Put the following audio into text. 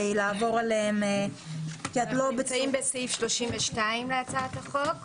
אנחנו בסעיף 32 להצעת החוק,